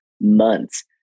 months